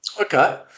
Okay